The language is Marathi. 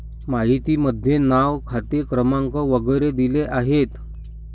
माहितीमध्ये नाव खाते क्रमांक वगैरे दिले आहेत